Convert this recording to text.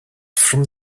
from